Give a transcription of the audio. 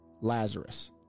Lazarus